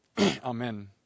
amen